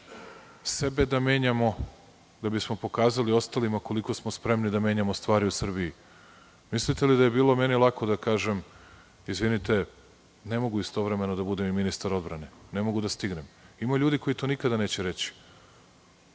sebe da menjamo, da bismo pokazali ostalima koliko smo spremni da menjamo stvari u Srbiji. Mislite li da je meni bilo lako da kažem – izvinite, ne mogu istovremeno da bude i ministar odbrane, ne mogu da stignem? Ima ljudi koji to nikada neće reći.